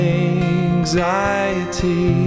anxiety